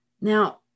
Now